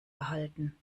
erhalten